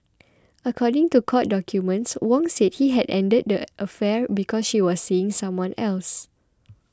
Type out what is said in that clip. according to court documents Wong said he had ended the affair because she was seeing someone else